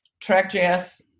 TrackJS